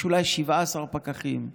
היו אולי 17 פקחים בזמנו,